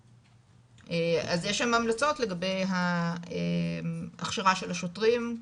אז יש שם המלצות לגבי ההכשרה של השוטרים,